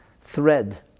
thread